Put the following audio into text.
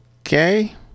Okay